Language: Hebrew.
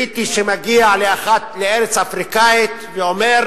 בריטי שמגיע לארץ אפריקנית ואומר: